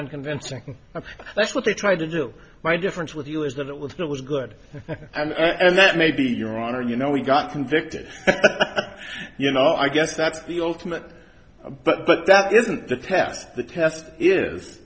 unconvincing that's what they tried to do my difference with you is that it was that was good and that maybe your honor you know we got convicted you know i guess that's the ultimate but but that isn't the test the test is